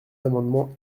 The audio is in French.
amendements